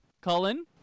Cullen